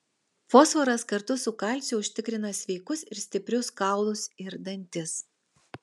fosforas kartu su kalciu užtikrina sveikus ir stiprius kaulus ir dantis